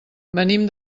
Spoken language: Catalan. venim